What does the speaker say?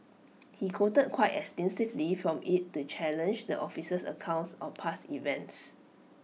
he quoted quite extensively from IT to challenge the officer's accounts of past events